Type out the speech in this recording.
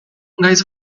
gaitz